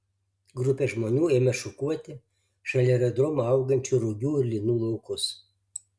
grupė žmonių ėmė šukuoti šalia aerodromo augančių rugių ir linų laukus